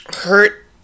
hurt